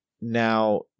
Now